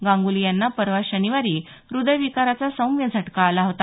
गांगुली यांना परवा शनिवारी हृदयविकाराचा सौम्य झटका आला होता